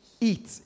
Eat